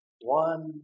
one